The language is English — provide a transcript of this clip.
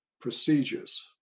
procedures